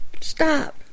Stop